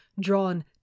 drawn